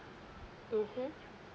mmhmm